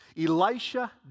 Elisha